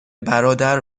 برادر